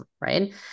right